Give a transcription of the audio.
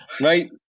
Right